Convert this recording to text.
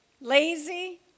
lazy